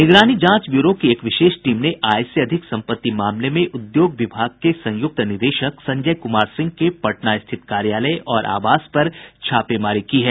निगरानी जांच ब्यूरो की एक विशेष टीम ने आय से अधिक सम्पत्ति मामले में उद्योग विभाग के संयुक्त निदेशक संजय कुमार सिंह के पटना स्थित कार्यालय और आवास पर छापेमारी की है